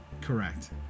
Correct